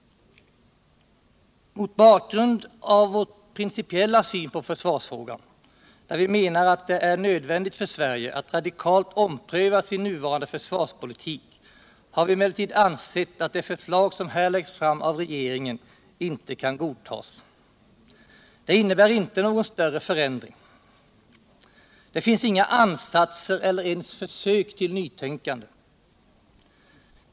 Mot bakgrund av vår principiella syn på försvarsfrågan, enligt vilken det är nödvändigt för Sverige att radikalt ompröva sin nuvarande försvarspolitik, har vi emellertid ansett att det förslag som här läggs fram av regeringen inte kan godtas. Det innebär inte någon större förändring. Det finns inga ansatser till nytänkande.